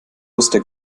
wusste